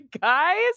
guys